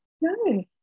no